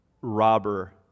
Robber